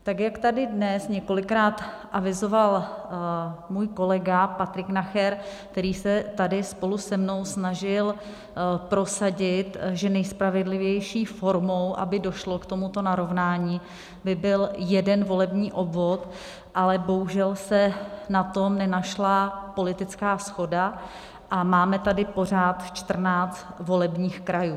Tak jak tady dnes několikrát avizoval můj kolega Patrik Nacher, který se tady spolu se mnou snažil prosadit, že nejspravedlivější formou, aby došlo k tomuto narovnání, by byl jeden volební obvod, ale bohužel se na to nenašla politická shoda a máme tady pořád 14 volebních krajů.